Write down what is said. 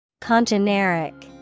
Congeneric